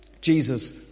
Jesus